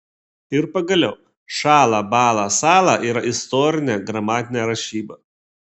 ir pagaliau šąla bąla sąla yra istorinė gramatinė rašyba